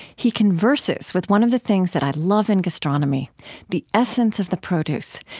he converses with one of the things that i love in gastronomy the essence of the produce.